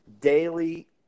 daily